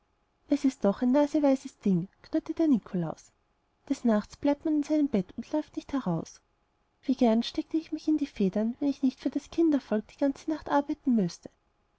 es ist doch ein naseweises ding knurrte der nikolaus des nachts bleibt man in seinem bett und läuft nicht heraus wie gern steckte ich mich in die federn wenn ich nicht für das kindervolk die ganze nacht arbeiten müßte